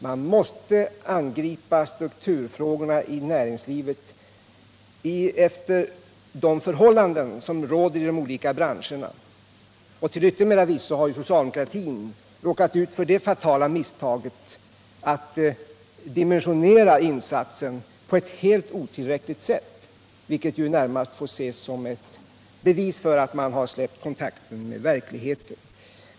Vi måste angripa strukturfrågorna i näringslivet med hänsyn till de förhållanden som råder i de olika branscherna. Till yttermera visso har ju socialdemokratin råkat ut för det fatala misstaget att dimensionera insatsen på ett otillräckligt sätt, vilket närmast får ses som ett bevis för att man har släppt kontakten med verkligheten.